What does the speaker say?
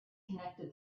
connected